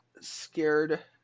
scared